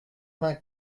vingt